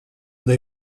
they